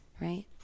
right